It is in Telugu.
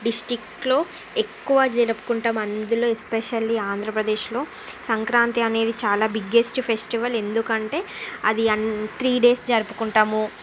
డిస్టిక్లో ఎక్కువ జరుపుకుంటాం అందులో ఎస్పెషల్లీ ఆంధ్రప్రదేశ్లో సంక్రాంతి అనేది చాలా బిగ్గెస్ట్ ఫెస్టివల్ ఎందుకంటే అది అన్నీ త్రీ డేస్ జరుపుకుంటాము